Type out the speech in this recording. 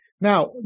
Now